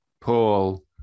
Paul